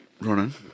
Ronan